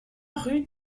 rue